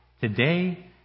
Today